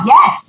Yes